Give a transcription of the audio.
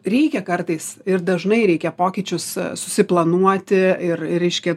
reikia kartais ir dažnai reikia pokyčius susiplanuoti ir reiškia